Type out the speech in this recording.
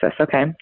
Okay